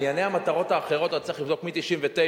שאת ענייני המטרות האחרות צריך לבדוק מ-1999.